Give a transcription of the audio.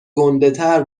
گندهتر